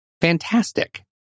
fantastic